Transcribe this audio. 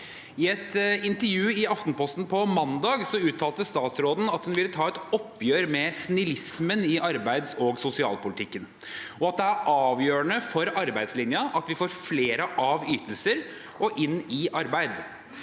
I et intervju i Aftenposten på mandag uttalte statsråden at hun vil ta et oppgjør med snillismen i arbeids- og sosialpolitikken, og at det er avgjørende for arbeidslinjen at vi får flere av ytelser og inn i arbeid.